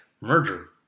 merger